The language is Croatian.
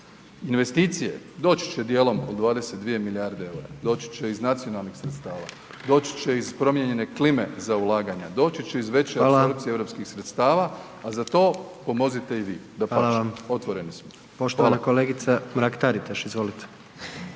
Investicije, doći će dijelom do 22 milijarde EUR-a, doći će iz nacionalnih sredstava, doći će iz promijenjene klime za ulaganja, doći će iz veće apsorpcije …/Upadica: Hvala./… europskih sredstava, a za to pomozite i vi. Dapače, otvoreni smo.